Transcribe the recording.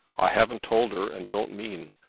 i haven't told her and don't mean.